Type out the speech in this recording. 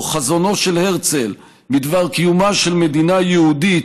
חזונו של הרצל בדבר קיומה של מדינה יהודית,